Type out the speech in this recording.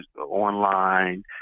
online